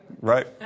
Right